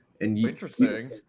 Interesting